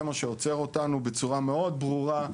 זה מה שעוצר אותנו בצורה מאוד ברורה.